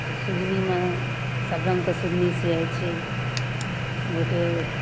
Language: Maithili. तऽ सुजनीमे सभरङ्गके सुजनी सियाइ छै गोटे